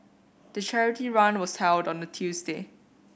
the charity run was held on a Tuesday